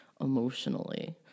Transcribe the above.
emotionally